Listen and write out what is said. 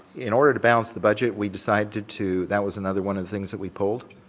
in order to balance the budget we decided to that was another one of the things that we pulled,